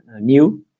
new